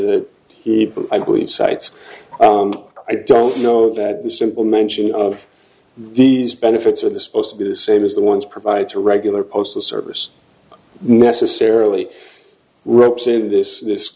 cites i don't know that the simple mention of these benefits are the supposed to be the same as the ones provided to regular postal service necessarily ropes into this this